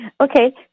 Okay